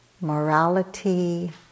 morality